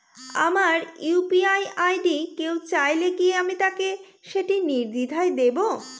আমার UPI ID কেউ চাইলে কি আমি তাকে সেটি নির্দ্বিধায় দেব?